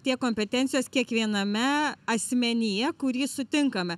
tiek kompetencijos kiekviename asmenyje kurį sutinkame